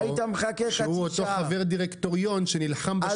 שהוא אותו חבר דירקטוריון שנלחם בשחיתות,